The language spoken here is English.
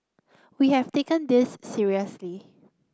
we have taken this seriously